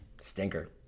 Stinker